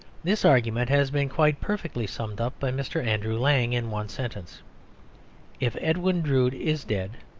this argument has been quite perfectly summed up by mr. andrew lang in one sentence if edwin drood is dead,